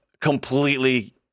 completely